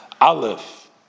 Aleph